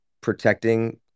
protecting